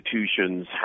institutions